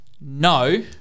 No